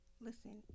listen